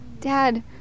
Dad